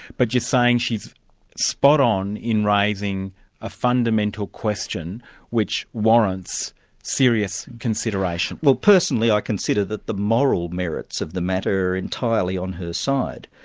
but you're saying she's spot-on in raising a fundamental question which warrants serious consideration. well personally i consider that the moral merits of the matter are entirely on her side.